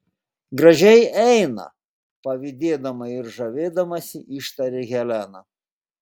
gražiai eina pavydėdama ir žavėdamasi ištarė helena